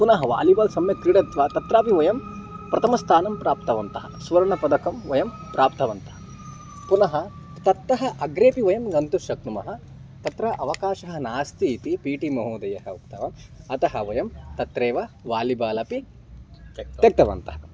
पुनः वालिबाल् सम्यक् क्रीडित्वा तत्रापि वयं प्रथमं स्थानं प्राप्तवन्तः स्वर्णपदकं वयं प्राप्तवन्तः पुनः ततः अग्रेपि वयं गन्तुं शक्नुमः तत्र अवकाशः नास्ति इति पि टि महोदयः उक्तवान् अतः वयं तत्रेव वालिबालपि त्यक्तवान् त्यक्तवन्तः